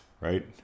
Right